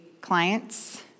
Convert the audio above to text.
clients